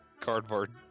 cardboard